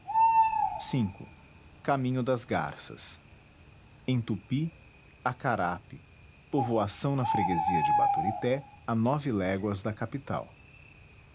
v caminho das garças em tupi acarape povoação na freguesia de baturité a nove léguas da capital